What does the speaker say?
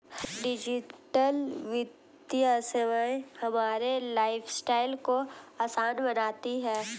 digital वित्तीय सेवाएं हमारे लाइफस्टाइल को आसान बनाती हैं